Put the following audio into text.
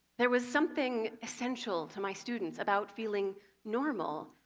there was something essential to my students about feeling normal,